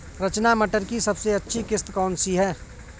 रचना मटर की सबसे अच्छी किश्त कौन सी है?